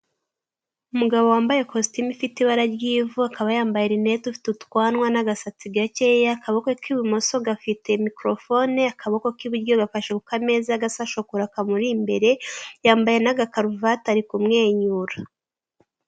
Umugabo wambaye kositime ifite ibara ry'ivu, akaba yambaye rinete ufite utwanwa n'agasatsi gakeya, akaboko k'ibumoso gafite mikorofone, akaboko k'iburyo gafashe ku meza gasa shokora kamuri imbere, yambaye n'agakaruvate ari kumwenyura.